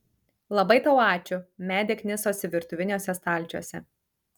labai tau ačiū medė knisosi virtuviniuose stalčiuose